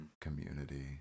community